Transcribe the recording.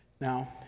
Now